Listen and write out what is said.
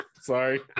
sorry